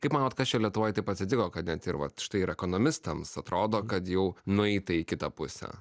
kaip manot kas čia lietuvoj taip atsitiko kad net ir vat štai ir ekonomistams atrodo kad jau nueita į kitą pusę